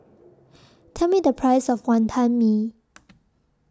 Tell Me The Price of Wonton Mee